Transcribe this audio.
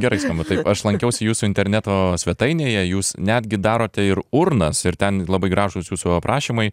gerai skamba aš lankiausi jūsų interneto svetainėje jūs netgi darote ir urnas ir ten labai gražūs jūsų aprašymai